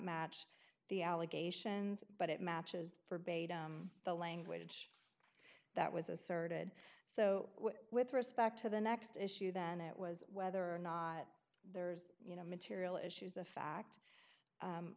match the allegations but it matches forbade the language that was asserted so with respect to the next issue then it was whether or not there's you know material issues of fact